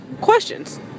questions